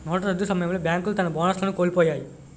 నోట్ల రద్దు సమయంలో బేంకులు తన బోనస్లను కోలుపొయ్యాయి